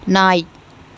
நாய்